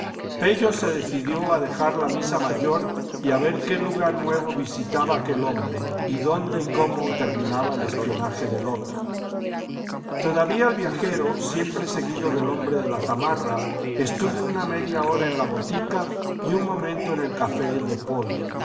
pello se decidió a dejar la misa mayor y a ver qué lugar nuevo visitaba aquel hombre y dónde y cómo terminaba el espionaje del otro todavía el viajero siempre seguido del hombre de la zamarra estuvo una media hora en la botica y un momento en el café de poli